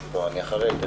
לפני זה